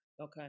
Okay